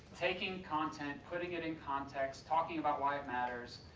taking content, putting it in context, talking about why it matters,